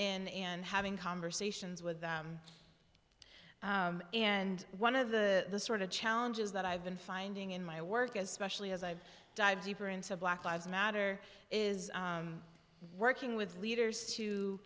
in having conversations with them and one of the sort of challenges that i've been finding in my work especially as i dive deeper into black lives matter is working with leaders to